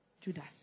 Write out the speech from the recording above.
Judas